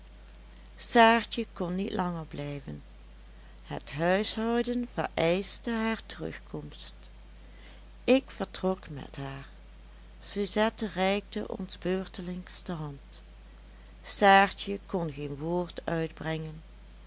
saartje kon niet langer blijven het huishouden vereischte haar terugkomst ik vertrok met haar suzette reikte ons beurtelings de hand saartje kon geen woord uitbrengen